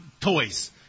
toys